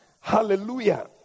Hallelujah